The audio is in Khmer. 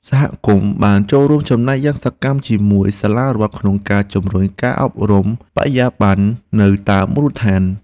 សហគមន៍បានចូលរួមចំណែកយ៉ាងសកម្មជាមួយសាលារដ្ឋក្នុងការជំរុញការអប់រំបរិយាបន្ននៅតាមមូលដ្ឋាន។